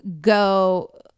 go